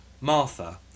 Martha